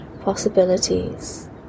possibilities